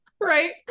right